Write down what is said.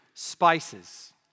Spices